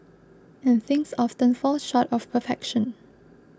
and things often fall short of perfection